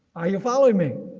are you following me?